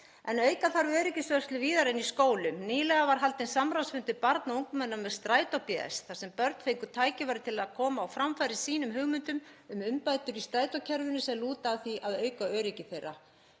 En auka þarf öryggisvörslu víðar en í skólum. Nýlega var haldinn samráðsfundur barna og ungmenna með Strætó bs. þar sem börn fengu tækifæri til að koma á framfæri sínum hugmyndum um umbætur í strætókerfinu sem lúta að því að auka öryggi þeirra.